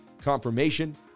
confirmation